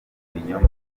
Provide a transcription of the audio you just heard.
ibinyoma